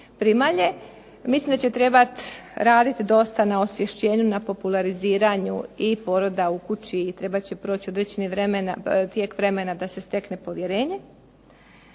primalje. Mislim da će trebati raditi dosta na osvješćenju na populariziranju i poroda u kući i trebat će proći određeni tijek vremena da se stekne povjerenje.